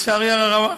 לצערי הרב,